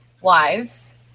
wives